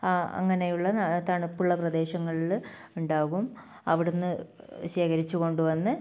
ആ അങ്ങനെയുള്ള തണുപ്പുള്ള പ്രദേശങ്ങളിൽ ഉണ്ടാകും അവിടുന്ന് ശേഖരിച്ചു കൊണ്ടുവന്ന്